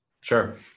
Sure